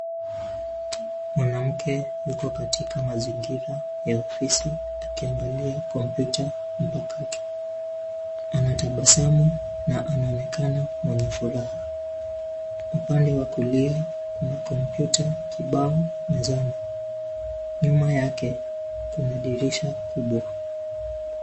Mwanamke, yuko katika mazingira, ya ofisi, akiangalia kompyuta, mpakato, anatabasamu, na anaonekana, mwenye furaha. Upande wa kulia, kuna kompyuta, kibao, mezani, nyuma yake, kuna dirisha kubwa.